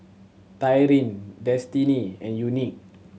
Tyrin Destiney and Unique